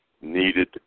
needed